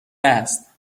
است